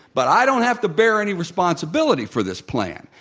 but i don't have to bear any responsibility for this plan.